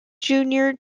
junior